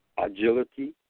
Agility